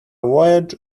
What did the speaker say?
voyage